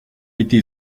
été